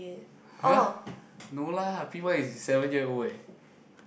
!huh! no lah P one is seven year old eh